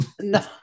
No